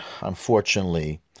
unfortunately